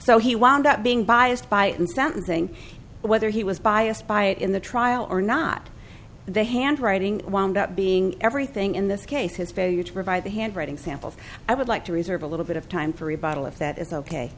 so he wound up being biased by him something whether he was biased by it in the trial or not the handwriting wound up being everything in this case his failure to provide the handwriting sample i would like to reserve a little bit of time for rebuttal if that is ok